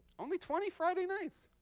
only twenty friday nights,